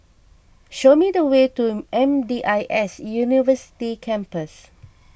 show me the way to M D I S University Campus